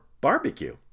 barbecue